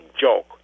joke